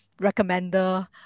recommender